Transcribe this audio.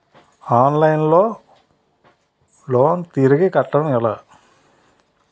Online లో loan తిరిగి కట్టడం ఎలా?